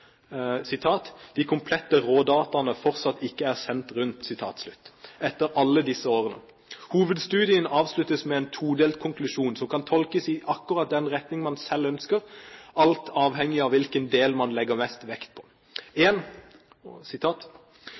de komplette rådataene fortsatt ikke er sendt rundt – etter alle disse årene. Hovedstudien avsluttes med en todelt konklusjon, som kan tolkes i akkurat den retningen man selv ønsker, alt avhengig av hvilken del man legger mest vekt på: Dataene antyder en økt risiko for gliom, og